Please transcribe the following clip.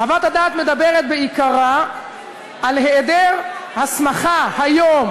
חוות הדעת מדברת בעיקרה על היעדר הסמכה היום,